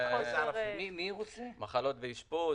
חלות ואשפוז,